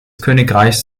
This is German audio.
königreichs